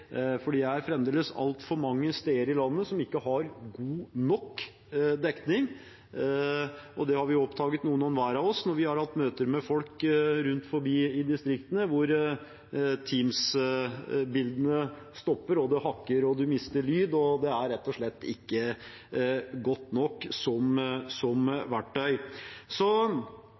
det er fremdeles altfor mange steder i landet som ikke har god nok dekning. Det har vi oppdaget, noen hver av oss når vi har hatt møter med folk ute i distriktene – når Teams-bildene stopper, det hakker og man mister lyd. Det er rett og slett ikke godt nok som verktøy.